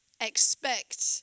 expect